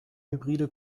hybride